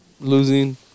losing